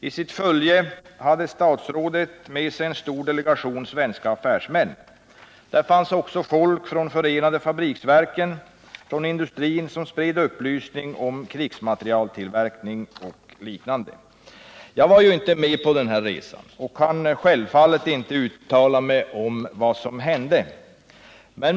I sitt följe hade statsrådet en stor delegation svenska affärsmän. Där fanns också folk från förenade fabriksverken och industrin som spred upplysning om krigsmaterieltillverkning och liknande. Jag var inte med på den här resan och kan självfallet inte uttala mig om vad som hände.